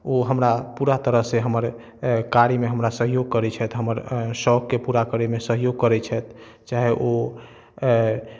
ओ हमरा पूरा तरहसँ हमर कार्यमे हमर सहयोग करै छथि हमर शौकके पूरा करैमे हमर सहयोग करै छथि चाहे ओ